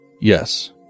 Yes